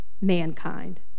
mankind